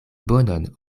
bonon